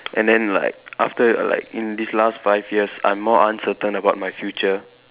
and then like after like in these last five years I'm more uncertain about my future